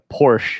porsche